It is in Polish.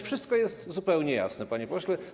Wszystko jest zupełnie jasne, panie pośle.